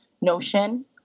notion